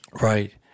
right